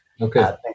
Okay